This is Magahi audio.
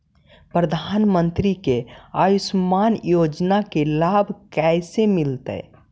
प्रधानमंत्री के आयुषमान योजना के लाभ कैसे मिलतै?